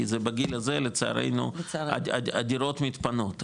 כי בגיל הזה לצערנו הדירות מתפנות,